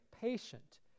patient